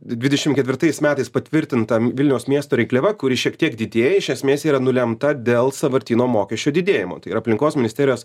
dvidešimt ketvirtais metais patvirtintam vilniaus miesto rinkliava kuri šiek tiek didėja iš esmės yra nulemta dėl sąvartyno mokesčio didėjimo tai yra aplinkos ministerijos